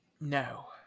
No